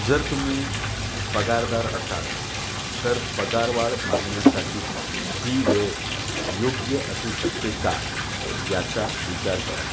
जर तुम्ही पगारदार असाल तर पगारवाढ मागण्यासाठी ही वेळ योग्य असू शकते का याचा विचार करा